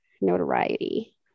notoriety